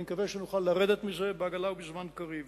אני מקווה שנוכל לרדת מזה בעגלא ובזמן קריב,